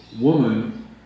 woman